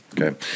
Okay